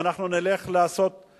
ואנחנו נלך לעשות את